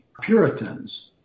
Puritans